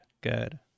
good